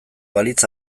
balitz